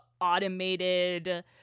automated